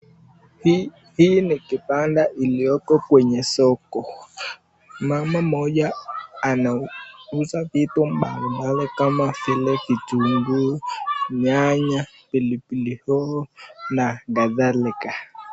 Hii ni kibanda iliyoko kwenye soko. Mama mmoja anauza vitu mbalimbali kama vile kitunguu, nyanya, pilipili hoho na kadhalika.